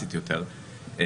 רלוונטית יותר.